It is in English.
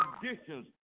conditions